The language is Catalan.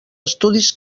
estudis